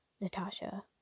Natasha